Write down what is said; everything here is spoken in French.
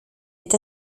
est